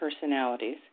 personalities